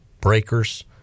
Breakers